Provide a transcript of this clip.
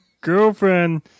girlfriend